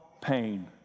pain